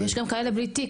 יש גם כאלה בלי תיק,